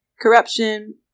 corruption